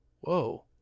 Whoa